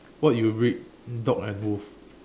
what you read dog and wolf